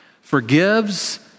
forgives